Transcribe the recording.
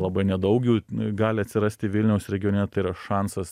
labai nedaug jų gali atsirasti vilniaus regione tai yra šansas